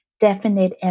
definite